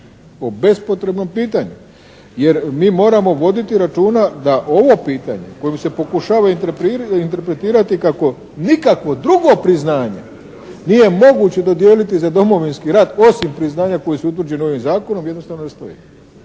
O bespotrebnom pitanju. Jer mi moramo voditi računa da ovo pitanje kojim se pokušava interpretirati kako nikakvo drugo priznanje nije moguće dodijeliti za Domovinski rat osim priznanja koja su utvrđena ovim zakonom, jednostavno ne stoji.